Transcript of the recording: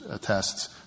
tests